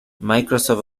microsoft